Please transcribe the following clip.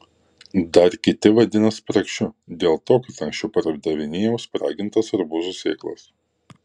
dar kiti vadina spragšiu dėl to kad anksčiau pardavinėjau spragintas arbūzų sėklas